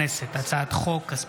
הצעת חוק הנכים (תגמולים ושיקום) (תיקון,